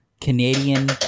Canadian